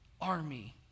army